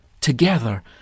Together